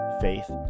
faith